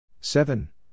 seven